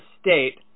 state